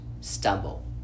stumble